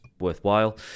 worthwhile